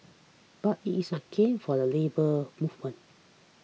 but it is a gain for the Labour Movement